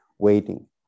waiting